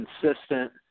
consistent